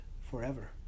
forever